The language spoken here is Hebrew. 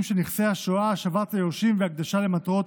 של נספי השואה (השבה ליורשים והקדשה למטרות